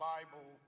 Bible